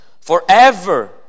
forever